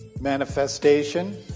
manifestation